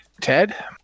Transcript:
Ted